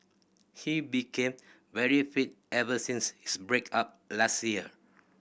he became very fit ever since his break up last year